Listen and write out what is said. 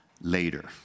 Later